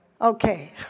Okay